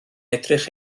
edrych